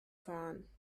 fahren